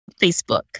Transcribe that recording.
Facebook